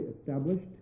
established